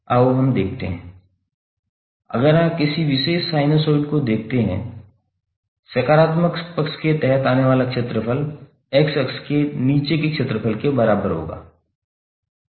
आओ हम देखते हैं अगर आप किसी विशेष साइनसॉइड को देखते हैं सकारात्मक पक्ष के तहत आने वाला क्षेत्रफल x अक्ष के नीचे के क्षेत्रफल के बराबर होगा